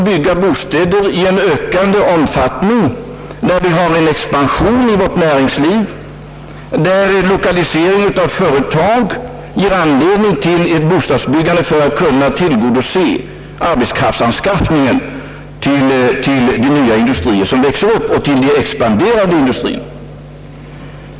Men vi skall också i ökande omfattning bygga bostäder där vårt näringsliv expanderar, alltså på orter där företagens lokalisering nödvändiggör ett bostadsbyggande för de nya och expanderande industriernas arbetskraft.